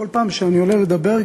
כל פעם שאני עולה לדבר,